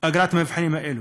אגרה על המבחנים האלה.